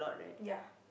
ya